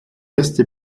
erste